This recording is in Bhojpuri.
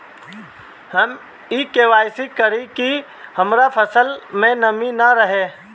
हम ई कइसे करी की हमार फसल में नमी ना रहे?